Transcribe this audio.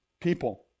people